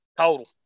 total